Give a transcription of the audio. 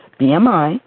bmi